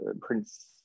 Prince